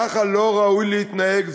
ככה לא ראוי להתנהג.